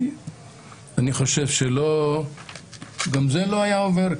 אני חושב שגם זה לא היה עובר.